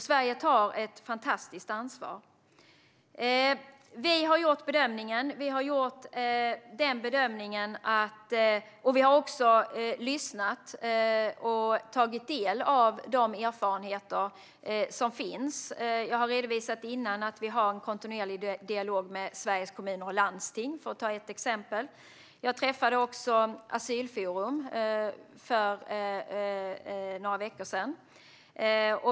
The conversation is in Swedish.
Sverige tar ett fantastiskt ansvar. Vi har gjort denna bedömning. Vi har också lyssnat och tagit del av de erfarenheter som finns. Jag har redovisat att vi har en kontinuerlig dialog med Sveriges Kommuner och Landsting, för att ta ett exempel. Jag träffade också Asylforum för några veckor sedan.